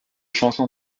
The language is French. chansons